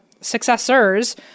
successors